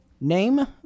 Name